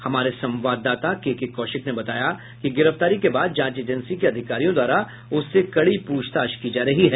हमारे संवाददाता केकेकौशिक ने बताया कि गिरफ्तारी के बाद जांच एजेंसी के अधिकारियों द्वारा उससे कड़ी प्रछताछ की जा रही है